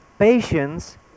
Patience